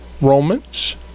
Romans